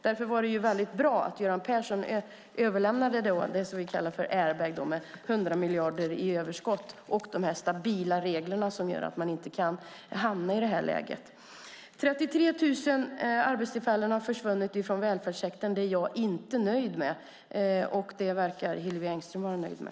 Därför var det bra att Göran Persson överlämnade det som vi kallade en air bag med 100 miljarder i överskott och de stabila regler som gör att man inte kan hamna i ett annat läge. 33 000 arbetstillfällen har försvunnit från välfärdssektorn. Det är jag inte nöjd med. Det verkar Hillevi Engström vara nöjd med.